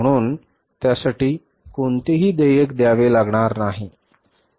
म्हणून त्यासाठी कोणतेही देयक द्यावे लागणार नाही बरोबर